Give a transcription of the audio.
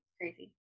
crazy